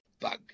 Bug